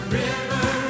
river